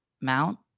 Mount